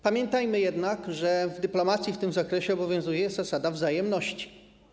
Pamiętajmy jednak, że w dyplomacji w tym zakresie obowiązuje zasada wzajemności.